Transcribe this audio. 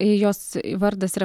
jos vardas yra